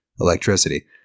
electricity